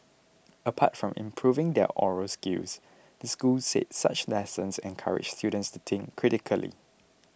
apart from improving their oral skills the school said such lessons encourage students to think critically